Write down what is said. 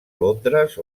londres